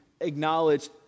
acknowledge